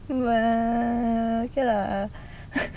what okay lah